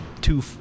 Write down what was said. two